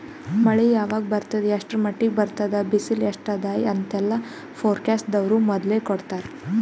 ಮಳಿ ಯಾವಾಗ್ ಬರ್ತದ್ ಎಷ್ಟ್ರ್ ಮಟ್ಟ್ ಬರ್ತದ್ ಬಿಸಿಲ್ ಎಸ್ಟ್ ಅದಾ ಅಂತೆಲ್ಲಾ ಫೋರ್ಕಾಸ್ಟ್ ದವ್ರು ಮೊದ್ಲೇ ಕೊಡ್ತಾರ್